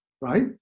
right